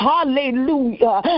Hallelujah